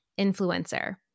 influencer